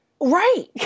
Right